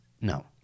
No